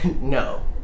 No